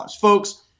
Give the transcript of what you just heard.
Folks